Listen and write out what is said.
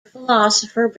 philosopher